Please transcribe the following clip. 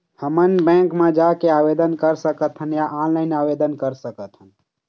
हमन बैंक मा जाके आवेदन कर सकथन या ऑनलाइन आवेदन कर सकथन?